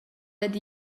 dad